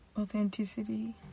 authenticity